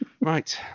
Right